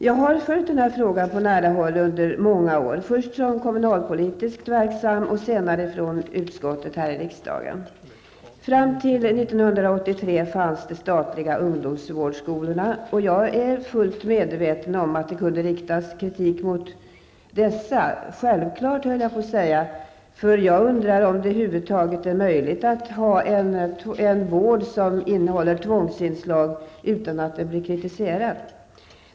Jag har följt den här frågan på nära håll under många år, först som kommunalpolitiskt verksam och senare från utskottet här i riksdagen. Fram till 1983 fanns de statliga ungdomsvårdsskolorna. Jag är fullt medveten om att det kunde riktas kritik mot dessa -- självklart, höll jag på att säga, för jag undrar om det över huvud taget är möjligt att ha en vård som innehåller tvångsinslag, utan att det blir kritiserat.